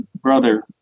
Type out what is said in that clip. brother